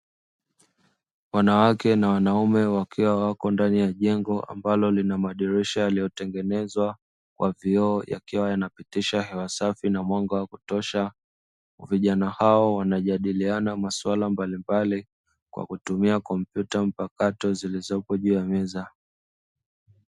Wanawake na wanaume wakiwa wako ndani ya jengo, ambalo lina madirisha yaliyotengenezwa kwa vioo yakiwa yanapitisha hewa safi na mwanga wa kutosha, vijana hao wanajadiliana maswala mbalimbali, kwa kutumia kompyuta mpakato zilizopo juu ya meza.